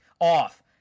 off